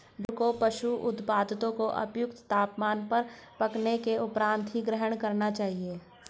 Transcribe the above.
भेड़ को पशु उत्पादों को उपयुक्त तापमान पर पकाने के उपरांत ही ग्रहण करना चाहिए